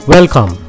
Welcome